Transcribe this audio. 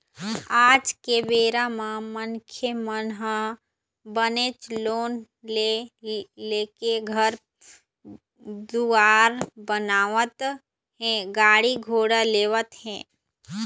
आज के बेरा म मनखे मन ह बनेच लोन ले लेके घर दुवार बनावत हे गाड़ी घोड़ा लेवत हें